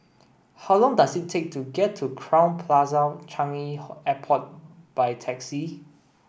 how long does it take to get to Crowne Plaza Changi Airport by taxi